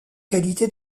qualité